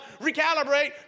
Recalibrate